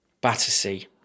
Battersea